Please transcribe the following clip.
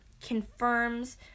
confirms